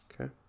Okay